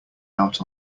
out